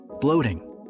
bloating